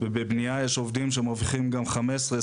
ובבנייה יש עובדים שמרוויחים גם 15,000,